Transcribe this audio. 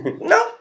No